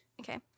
Okay